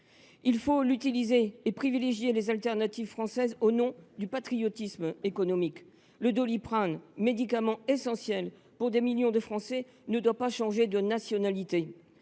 Il faut l’utiliser et privilégier les alternatives françaises, au nom du patriotisme économique. Le Doliprane, médicament essentiel pour des millions de Français, ne doit pas changer de nationalité